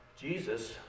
Jesus